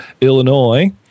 illinois